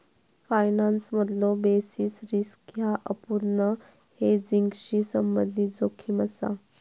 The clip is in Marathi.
फायनान्समधलो बेसिस रिस्क ह्या अपूर्ण हेजिंगशी संबंधित जोखीम असा